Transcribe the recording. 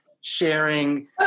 sharing